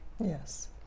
Yes